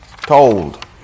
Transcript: told